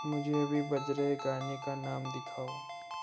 मुझे अभी बज रहे गाने का नाम दिखाओ